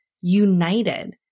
united